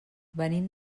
venim